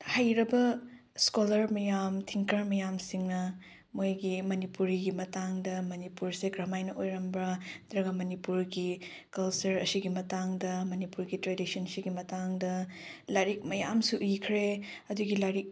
ꯍꯩꯔꯕ ꯏꯁꯀꯣꯂꯥꯔ ꯃꯌꯥꯝ ꯊꯤꯡꯀꯔ ꯃꯌꯥꯝꯁꯤꯡꯅ ꯃꯣꯏꯒꯤ ꯃꯅꯤꯄꯨꯔꯤꯒꯤ ꯃꯇꯥꯡꯗ ꯃꯅꯤꯄꯨꯔꯁꯦ ꯀꯔꯝꯍꯥꯏꯅ ꯑꯣꯏꯔꯝꯕ ꯅꯠꯇ꯭ꯔꯒ ꯃꯅꯤꯄꯨꯔꯒꯤ ꯀꯜꯆꯔ ꯑꯁꯤꯒꯤ ꯃꯇꯥꯡꯗ ꯃꯅꯤꯄꯨꯔꯒꯤ ꯇ꯭ꯔꯦꯗꯤꯁꯟ ꯁꯤꯒꯤ ꯃꯇꯥꯡꯗ ꯂꯥꯏꯔꯤꯛ ꯃꯌꯥꯝꯁꯨ ꯏꯈ꯭ꯔꯦ ꯑꯗꯨꯒꯤ ꯂꯥꯏꯔꯤꯛ